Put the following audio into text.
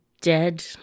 dead